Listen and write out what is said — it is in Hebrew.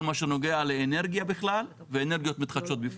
מה שנוגע לאנרגיה בכלל ואנרגיות מתחדשות בפרט.